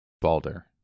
balder